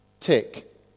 Tick